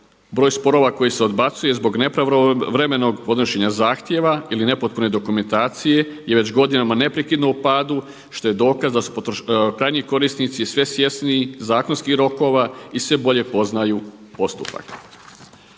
Broj sporova koji se odbacuje zbog nepravovremenog podnošenja zahtjeva ili nepotpune dokumentacije je već godinama neprekidno u padu što je dokaz da su krajnji korisnici sve svjesniji zakonskih rokova i sve bolje poznaju postupak.